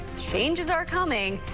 changes are coming.